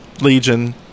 Legion